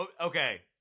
Okay